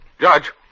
Judge